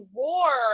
war